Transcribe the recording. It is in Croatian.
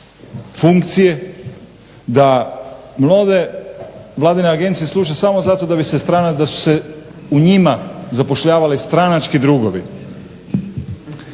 funkcije, da mnoge vladine agencije služe samo zato da su se u njima zapošljavali stranački drugovi.